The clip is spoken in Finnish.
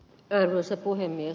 arvoisa puhemies